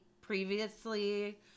previously